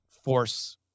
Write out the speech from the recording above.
force